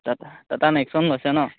টাট Tata Nexon লৈছে ন